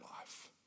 life